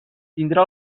tindrà